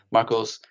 Marcos